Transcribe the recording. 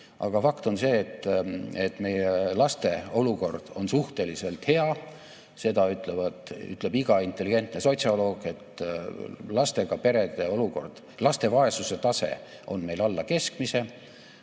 Aga fakt on see, et meie laste olukord on suhteliselt hea. Seda ütleb iga intelligentne sotsioloog, et laste vaesuse tase on meil alla keskmise,